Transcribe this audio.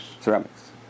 Ceramics